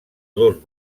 dos